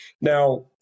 now